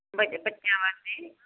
ਬੱਚ ਬੱਚਿਆਂ ਵਾਸਤੇ